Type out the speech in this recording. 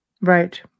Right